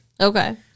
Okay